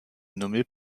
nommé